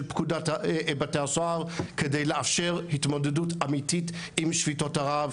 פקודת בתי הסוהר כדי לאפשר התמודדות אמיתית עם שביתות הרעב.